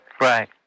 Right